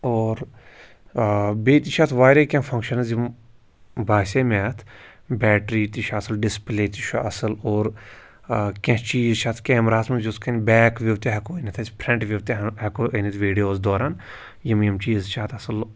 اور بیٚیہِ تہِ چھِ اَتھ واریاہ کینٛہہ فنٛگشَنٕز یِم باسے مےٚ اَتھ بیٹرٛی تہِ چھِ اَصٕل ڈِسپٕلے تہِ چھُ اَصٕل اور کینٛہہ چیٖز تہِ چھِ اَتھ کیمراہَس منٛز یِتھ کٔنۍ بیک وِو تہِ ہٮ۪کو أنِتھ أسۍ فرٛٮ۪نٛٹ وِو تہِ ہٮ۪کو أنِتھ ویٖڈیووَس دوران یِم یِم چیٖز چھِ اَتھ اَصٕل